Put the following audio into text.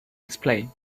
explain